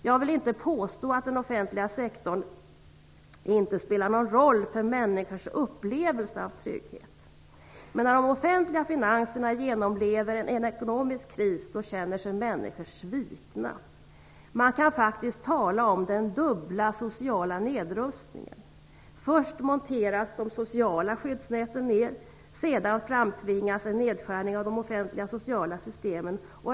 Jag vill inte påstå att den offentliga sektorn inte spelar någon roll för människors upplevelse av trygghet. Men när de offentliga finanserna genomlever en ekonomisk kris känner människor sig svikna. Man kan faktiskt tala om den dubbla sociala nedrustningen. Först monteras de sociala skyddsnäten ned. Sedan framtvingas en nedskärning av de offentliga sociala systemen.